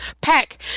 pack